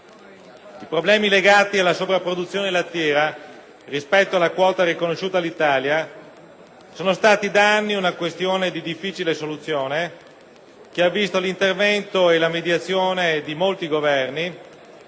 I problemi legati alla sovrapproduzione lattiera rispetto alla quota riconosciuta all'Italia sono stati da anni una questione di difficile soluzione, che ha visto l'intervento e la mediazione di molti Governi,